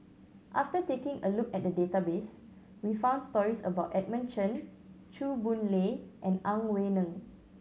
after taking a look at database we found stories about Edmund Chen Chew Boon Lay and Ang Wei Neng